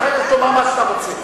להכריז, אחר כך תאמר מה שאתה רוצה.